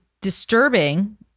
disturbing